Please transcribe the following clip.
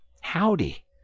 howdy